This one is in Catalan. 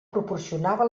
proporcionava